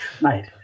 Mate